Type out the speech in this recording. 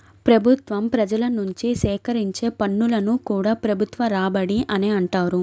ప్రభుత్వం ప్రజల నుంచి సేకరించే పన్నులను కూడా ప్రభుత్వ రాబడి అనే అంటారు